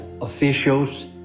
officials